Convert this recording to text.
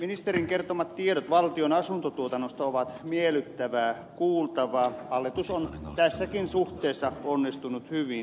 ministerin kertomat tiedot valtion asuntotuotannosta ovat miellyttävää kuultavaa hallitus on tässäkin suhteessa onnistunut hyvin